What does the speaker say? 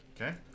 Okay